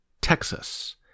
Texas